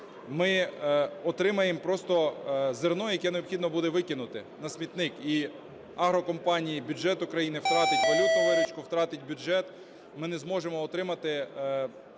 ми отримаємо просто зерно, яке необхідно буде викинути на смітник. І агрокомпанії, бюджет України втратить валютну виручку, втратить бюджет, ми не зможемо утримати,